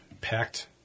packed